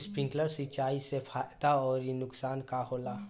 Sprinkler सिंचाई से फायदा अउर नुकसान का होला?